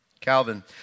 Calvin